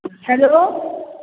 hello